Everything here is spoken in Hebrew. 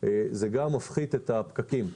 זה גם מפחית את הפקקים.